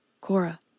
Cora—